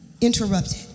interrupted